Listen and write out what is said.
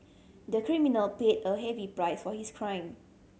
the criminal paid a heavy price for his crime